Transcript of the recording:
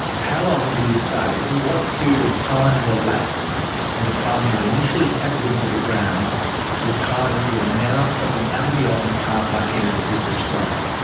how long do you say what period of time had elapsed from the time you initially tackled him to the ground to the time that you are now struggling out in the open car park area that you've described?